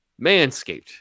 Manscaped